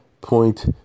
point